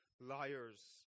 liars